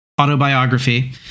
autobiography